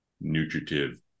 nutritive